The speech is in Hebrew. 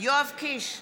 יואב קיש,